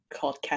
called